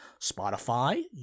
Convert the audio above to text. Spotify